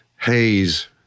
haze